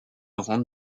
rentre